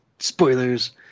spoilers